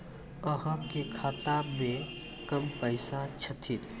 अहाँ के खाता मे कम पैसा छथिन?